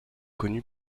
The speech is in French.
connu